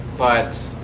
but